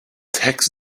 tax